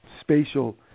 spatial